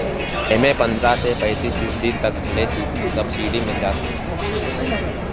एमे पन्द्रह से पैंतीस फीसदी तक ले सब्सिडी मिल जात हवे